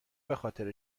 بخاطر